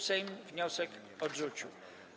Sejm wniosek odrzucił.